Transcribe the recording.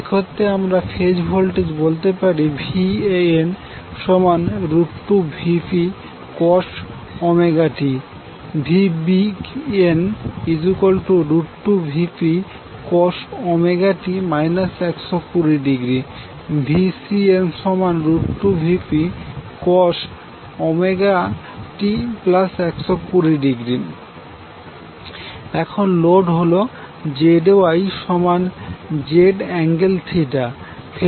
এক্ষেত্রে আমরা phase voltage বলতে পারি vAN2Vpcos t vBN2Vpcos ω t 120° vCN2Vpcos ω t120° এখন লোড হল ZYZ∠θ